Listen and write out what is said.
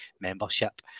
membership